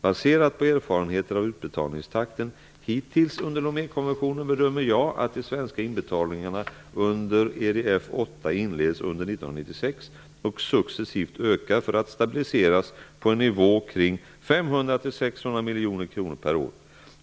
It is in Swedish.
Baserat på erfarenheter av utbetalningstakten hittills under Lomékonventionen bedömer jag att de svenska inbetalningarna under EDF VIII inleds under 1996 och successivt ökar för att stabiliseras på en nivå kring 500--600 miljoner kronor per år.